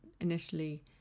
initially